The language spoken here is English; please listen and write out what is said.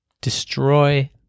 destroy